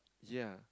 ya